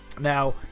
Now